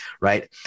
right